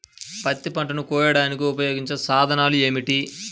పత్తి పంటలను కోయడానికి ఉపయోగించే సాధనాలు ఏమిటీ?